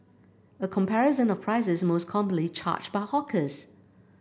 a comparison of prices most commonly charged by hawkers